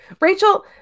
Rachel